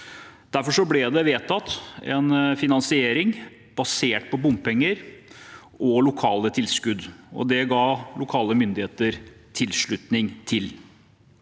Derfor ble det vedtatt en finansiering basert på bompenger og lokale tilskudd, og det ga lokale myndigheter tilslutning til.